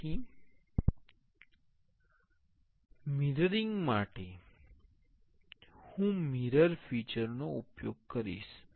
તેથી મિરરિંગ માટે હું મિરર ફિચર નો ઉપયોગ કરીશ